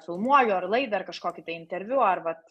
filmuoju ar laidą ar kažkokį tai interviu ar vat